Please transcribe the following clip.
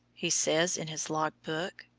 he says in his log-book,